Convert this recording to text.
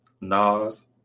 Nas